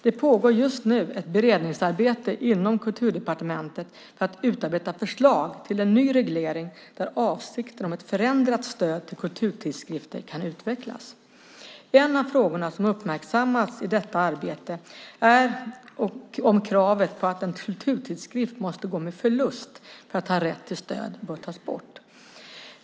Det pågår just nu ett beredningsarbete inom Kulturdepartementet för att utarbeta förslag till en ny reglering där avsikten om ett förändrat stöd till kulturtidskrifter kan utvecklas. En av frågorna som uppmärksammas i detta arbete är om kravet på att en kulturtidskrift måste gå med förlust för att ha rätt till stöd bör tas bort.